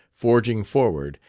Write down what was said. forging forward,